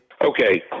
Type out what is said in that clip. Okay